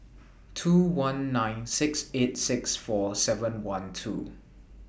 two one nine six eight six four seven one two